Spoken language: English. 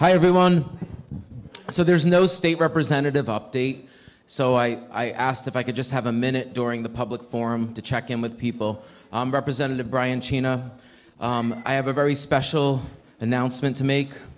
hi everyone so there's no state representative update so i asked if i could just have a minute during the public forum to check in with people represented to brian cina i have a very special announcement to make